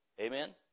Amen